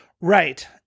right